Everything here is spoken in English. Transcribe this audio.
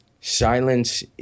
Silence